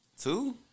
Two